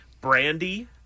Brandy